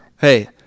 Hey